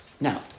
Now